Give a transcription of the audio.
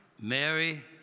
Mary